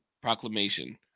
Proclamation